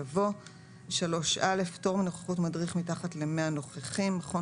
יבוא: "פטור מנוכחות מדריך מתחת ל-100 נוכחים 3א. מכון